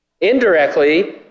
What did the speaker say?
Indirectly